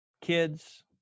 kids